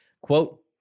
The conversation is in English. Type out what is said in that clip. Quote